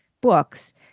books